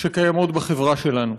שקיימות בחברה שלנו.